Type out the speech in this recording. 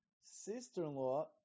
sister-in-law